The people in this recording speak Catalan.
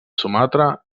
sumatra